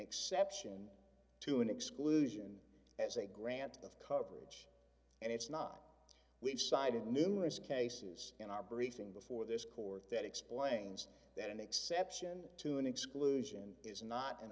exception to an exclusion as a grant of coverage and it's not we've cited numerous cases in our briefing before this court that explains that an exception to an exclusion is not an